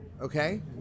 Okay